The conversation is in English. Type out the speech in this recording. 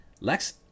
Lex